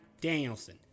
Danielson